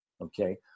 Okay